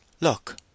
look